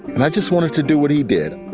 and i just wanted to do what he did.